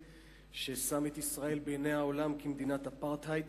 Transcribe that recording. ששם את ישראל בעיני העולם כמדינת אפרטהייד.